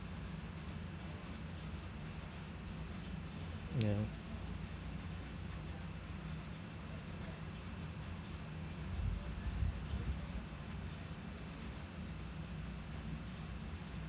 ya